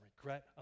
regret